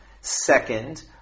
Second